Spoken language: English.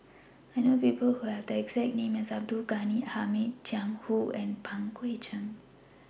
I know People Who Have The exact name as Abdul Ghani Hamid Jiang Hu and Pang Guek Cheng